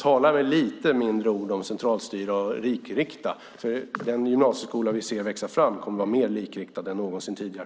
Tala därför lite mindre om att centralstyra och likrikta. Den gymnasieskola som vi ser växa fram kommer nämligen att vara mer likriktad än någonsin tidigare.